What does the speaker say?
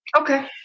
Okay